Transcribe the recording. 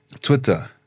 Twitter